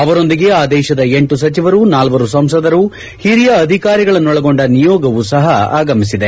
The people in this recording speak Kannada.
ಅವರೊಂದಿಗೆ ಆ ದೇಶದ ಎಂಟು ಸಚಿವರು ನಾಲ್ಲರು ಸಂಸದರು ಹಿರಿಯ ಅಧಿಕಾರಿಗಳನ್ನೊಳಗೊಂಡ ನಿಯೋಗವೂ ಸಹ ಆಗಮಿಸಿದೆ